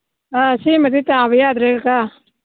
ꯑꯥ ꯁꯤꯃꯗꯤ ꯇꯥꯕ ꯌꯥꯗ꯭ꯔꯦ ꯀꯀꯥ